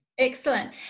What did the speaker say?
Excellent